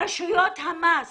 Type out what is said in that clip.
רשויות המס